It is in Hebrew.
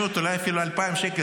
1,500 אולי אפילו 2,000 שקל,